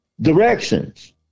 Directions